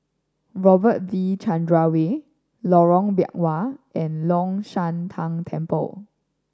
Robert V Chandran Way Lorong Biawak and Long Shan Tang Temple